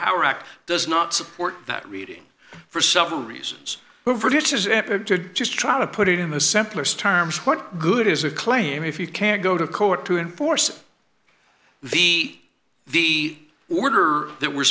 power act does not support that reading for several reasons over to just try to put it in the simplest terms what good is a claim if you can't go to court to enforce the the order that we're